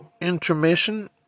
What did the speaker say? intermission